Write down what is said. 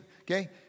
Okay